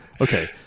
Okay